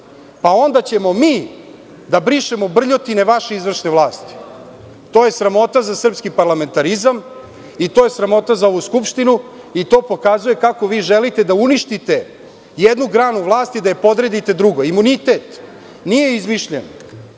pa onda ćemo mi da brišemo brljotine vaše izvršne vlasti. To je sramota za srpski parlamentarizam i to je sramota za ovu Skupštinu i to pokazuje kako želite da uništite jednu granu vlasti i da je podredite drugoj. Imunitet nije izmišljen